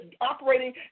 operating